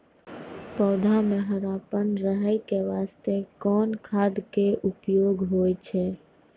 पौधा म हरापन रहै के बास्ते कोन खाद के उपयोग होय छै?